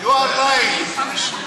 You are lying, you are lying.